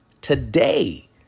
today